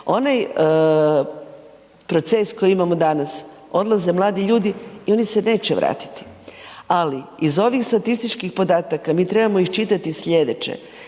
Onaj proces koji imamo danas odlaze mladi ljudi i oni se neće vratiti. Ali iz ovih statističkih podataka mi trebamo iščitati sljedeće,